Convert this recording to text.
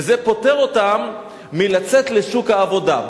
וזה פוטר אותם מלצאת לשוק העבודה,